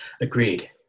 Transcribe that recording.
Agreed